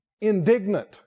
Indignant